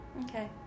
Okay